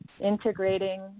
integrating